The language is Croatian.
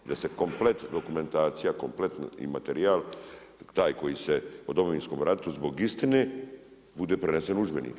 Da se komplet dokumentacija kompletno i materijal taj koji se o Domovinskom ratu zbog istine bude prenesen u udžbenike.